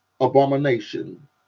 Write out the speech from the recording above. abomination